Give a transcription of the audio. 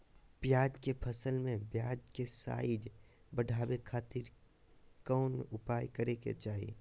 प्याज के फसल में प्याज के साइज बढ़ावे खातिर कौन उपाय करे के चाही?